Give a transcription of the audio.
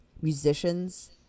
musicians